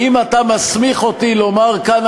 האם אתה מסמיך אותי לומר כאן,